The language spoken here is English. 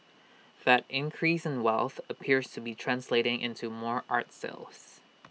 that increase in wealth appears to be translating into more art sales